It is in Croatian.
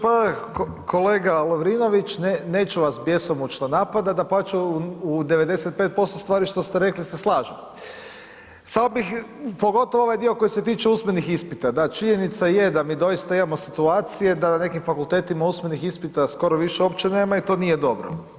Pa kolega Lovrinović, neću vas bjesomučno napadat, dapače u 95% stvari što ste rekli se slažem, samo bih pogotovo ovaj dio koji se tiče usmenih ispita, da, činjenica je da mi doista imamo situacije da na nekim fakultetima usmenih ispita skoro više uopće nema i to nije dobro.